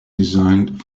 designed